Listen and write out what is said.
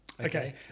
Okay